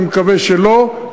אני מקווה שלא,